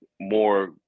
more